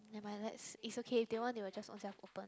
never mind let's it's okay if they want they will just ovrselves open